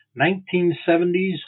1970s